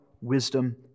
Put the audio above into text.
wisdom